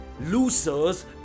losers